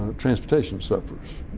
transportation suffers.